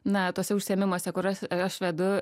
na tuose užsiėmimuose kuriuos aš vedu